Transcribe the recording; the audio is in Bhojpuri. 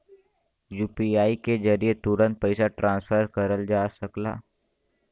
यू.पी.आई के जरिये तुरंत पइसा ट्रांसफर करल जा सकला